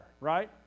right